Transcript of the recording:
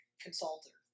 consultant